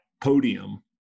podium